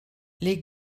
les